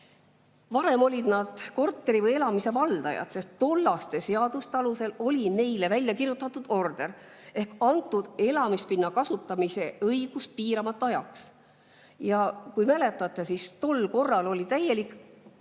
Varem olid nad korteri või muu elamise valdajad, sest tollaste seaduste alusel oli neile välja kirjutatud order ehk antud elamispinna kasutamise õigus piiramata ajaks. Ja kui mäletate, siis tol korral oli täielik